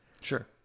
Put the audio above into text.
Sure